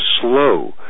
slow